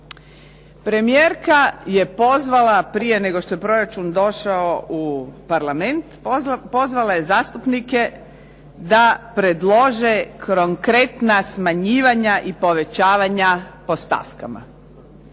Premijerka je pozvala prije nego što je proračun došao u Parlament, pozvala je zastupnike da predlože konkretna smanjivanja i povećavanja po stavkama.